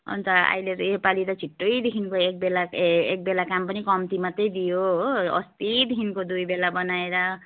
अन्त अहिले त योपाली त छिट्टैदेखिको एक बेला ए एक बेला काम पनि कम्ती मात्रै दियो हो अस्तिदेखिको दुई बेला बनाएर